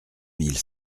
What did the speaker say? mille